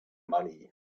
money